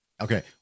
Okay